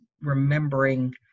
remembering